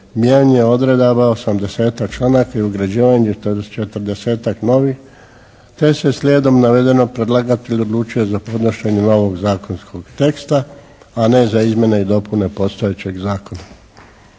mijenjanje odredaba 80-tak članaka i ugrađivanje 40-tak novih te se slijedom navedenom predlagatelj odlučio za podnošenje novog zakonskog teksta, a ne za izmjene i dopune postojećeg zakona.